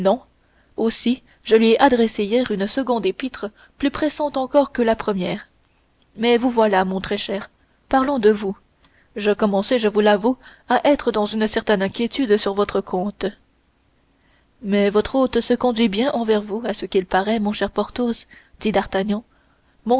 aussi je lui ai adressé hier une seconde épître plus pressante encore que la première mais vous voilà mon très cher parlons de vous je commençais je vous l'avoue à être dans une certaine inquiétude sur votre compte mais votre hôte se conduit bien envers vous à ce qu'il paraît mon cher porthos dit d'artagnan